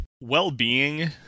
Well-being